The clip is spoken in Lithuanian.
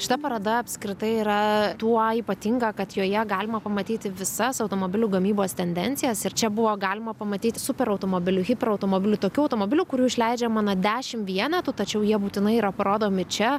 šita paroda apskritai yra tuo ypatinga kad joje galima pamatyti visas automobilių gamybos tendencijas ir čia buvo galima pamatyti superautomobilių hiperautomobilių tokių automobilių kurių išleidžiama na dešim vienetų tačiau jie būtinai yra parodomi čia